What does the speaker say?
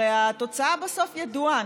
הרי התוצאה בסוף ידועה,